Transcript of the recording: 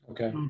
Okay